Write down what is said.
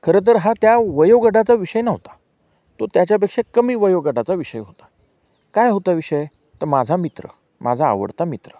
खरंं तर हा त्या वयोगटाचा विषय नव्हता तो त्याच्यापेक्षा कमी वयोगटाचा विषय होता काय होता विषय तर माझा मित्र माझा आवडता मित्र